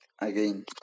again